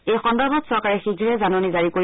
এই সন্দৰ্ভত চৰকাৰে শীঘে জাননী জাৰি কৰিব